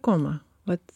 koma vat